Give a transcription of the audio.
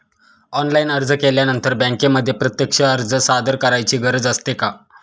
Online अर्ज केल्यानंतर बँकेमध्ये प्रत्यक्ष अर्ज सादर करायची गरज असते का?